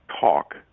talk